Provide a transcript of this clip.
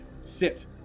sit